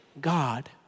God